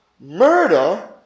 murder